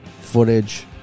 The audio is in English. Footage